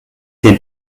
den